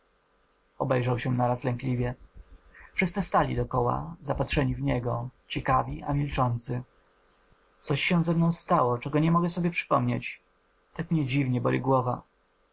obejrzał się naraz lękliwie wszyscy stali dokoła zapatrzeni w niego ciekawi a milczący coś się ze mną stało czego nie mogę sobie przypomnieć tak mnie dziwnie boli głowa